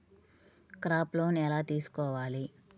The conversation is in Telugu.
క్రాప్ లోన్ ఎలా తీసుకోవాలి?